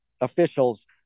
officials